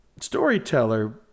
storyteller